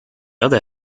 other